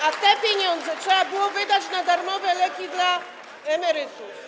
A te pieniądze trzeba było wydać na darmowe leki dla emerytów.